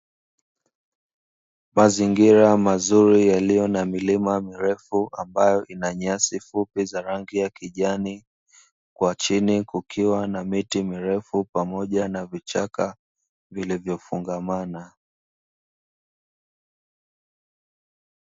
Mazingira mazuri yaliyo na milima mirefu ambayo ina nyasi fupi za rangi ya kijani, kwa chini kukiwa na miti mirefu pamoja na vichaka vilivyofungamana.